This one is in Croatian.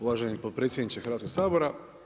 Uvaženi potpredsjedniče Hrvatskog sabora.